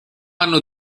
anno